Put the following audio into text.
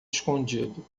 escondido